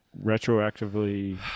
retroactively